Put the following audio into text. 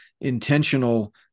intentional